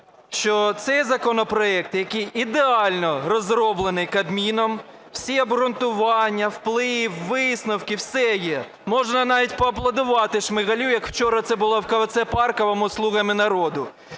що цей законопроект, який ідеально розроблений Кабміном, всі обгрунтування, вплив, висновки – все є. Можна навіть поаплодувати Шмигалю, як вчора це було в КВЦ "Парковому" зі "слугами народу".